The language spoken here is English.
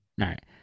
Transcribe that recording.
right